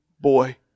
boy